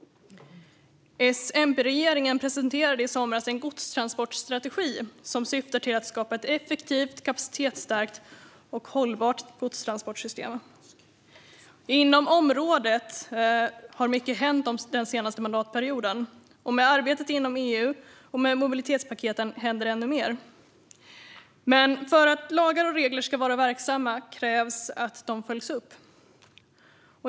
S-MP-regeringen presenterade i somras en godstransportstrategi, som syftar till att skapa ett effektivt, kapacitetsstarkt och hållbart godstransportsystem. Inom området har mycket hänt den senaste mandatperioden, och med arbetet inom EU och med mobilitetspaketen händer ännu mer. Men för att lagar och regler ska vara verksamma krävs att de följs upp.